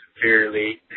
severely